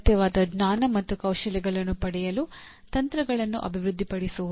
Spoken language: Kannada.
ಅಗತ್ಯವಾದ ಜ್ಞಾನ ಮತ್ತು ಕೌಶಲ್ಯಗಳನ್ನು ಪಡೆಯಲು ತಂತ್ರಗಳನ್ನು ಅಭಿವೃದ್ಧಿಪಡಿಸುವುದು